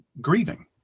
Grieving